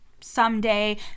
someday